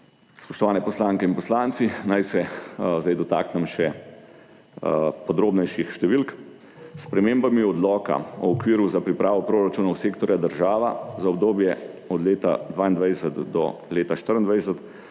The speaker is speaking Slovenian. Spoštovane poslanke in poslanci, naj se zdaj dotaknem še podrobnejših številk. S spremembami Odloka o okviru za pripravo proračunov sektorja država za obdobje od leta 2022-2024